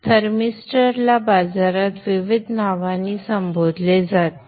thermistor ला बाजारात विविध नावांनी संबोधले जाते